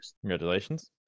congratulations